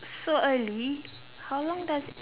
so early how long does it